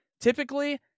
Typically